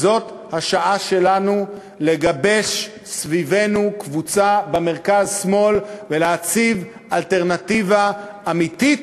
זאת השעה שלנו לגבש סביבנו קבוצה במרכז-שמאל ולהציב אלטרנטיבה אמיתית,